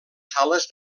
sales